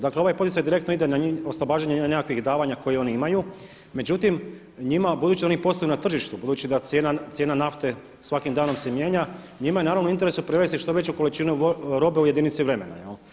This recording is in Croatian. Dakle ovaj poticaj direktno ide na oslobađanje nekakvih davanja koja oni imaju, međutim njima budući da oni postoje na tržištu, budući da cijena nafte svakim danom se mijenja njima je naravno u interesu prevesti što veću količinu robe u jedinici vremena.